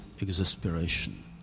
exasperation